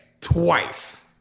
twice